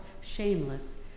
Shameless